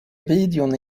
videon